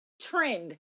trend